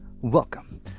Welcome